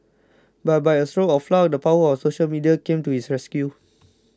but by a stroke of luck the power of social media came to his rescue